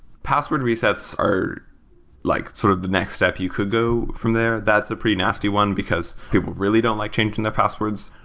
password resets are like sort of the next step you could go from there. that's a pretty nasty one, because people really don't like changing their passwords.